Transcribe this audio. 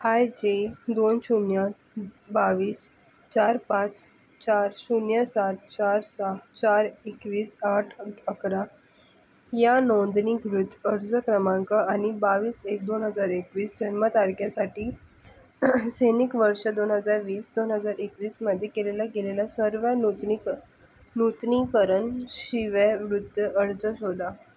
I J दोन शून्य बावीस चार पाच चार शून्य सात चार सहा चार एकवीस आठ अकरा या नोंदणीकृत अर्ज क्रमांक आणि बावीस एक दोन हजार एकवीस जन्मतारखेसाठी सैनिक वर्ष दोन हजार वीस दोन हजार एकवीसमध्ये केलेला गेलेला सर्व नूतनी नूतनीकरण शिष्यवृत्ती अर्ज शोधा